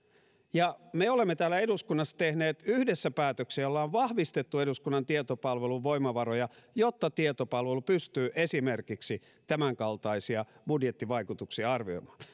ja me olemme täällä eduskunnassa tehneet yhdessä päätöksen jolla on vahvistettu eduskunnan tietopalvelun voimavaroja jotta tietopalvelu pystyy esimerkiksi tämänkaltaisia budjettivaikutuksia arvioimaan